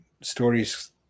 stories